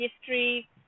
history